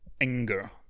anger